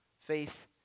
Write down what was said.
faith